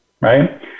right